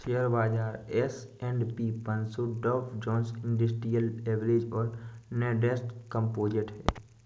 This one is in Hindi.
शेयर बाजार एस.एंड.पी पनसो डॉव जोन्स इंडस्ट्रियल एवरेज और नैस्डैक कंपोजिट है